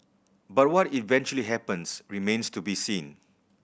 but what eventually happens remains to be seen